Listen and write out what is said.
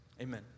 Amen